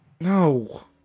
No